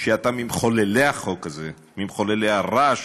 ואתה ממחוללי החוק הזה, ממחוללי הרעש,